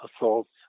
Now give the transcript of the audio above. assaults